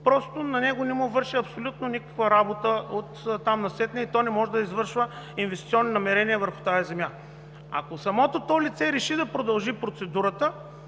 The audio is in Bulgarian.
решение не му върши абсолютно никаква работа. Оттам насетне и не може да извършва инвестиционни намерения върху тази земя. Ако самото лице реши да продължи процедурата,